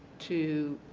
to